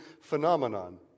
phenomenon